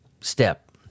step